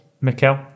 Mikel